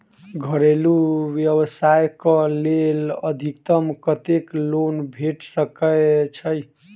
घरेलू व्यवसाय कऽ लेल अधिकतम कत्तेक लोन भेट सकय छई?